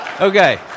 Okay